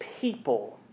people